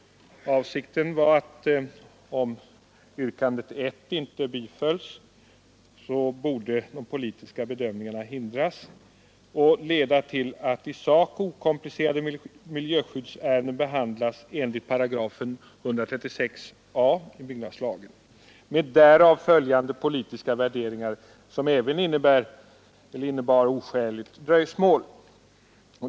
Avsikten var, att om yrkandet 1 inte skulle bifallas, hindra att politiska bedömningar leder till att i sak okomplicerade miljöskyddsärenden behandlas enligt 136 a§ i byggnadslagen med därav följande politiska värderingar som även innebär oskäligt dröjsmål.